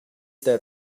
that